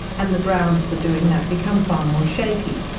and the grounds for doing that become far more shaky.